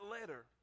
letter